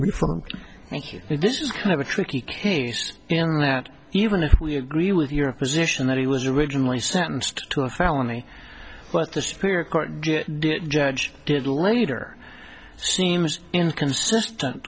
is kind of a tricky case and that even if we agree with your position that he was originally sentenced to a felony but the spirit court judge did later seems inconsistent